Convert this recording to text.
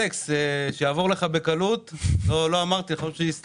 אלכס, שיעבור לך בקלות, בלי